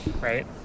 Right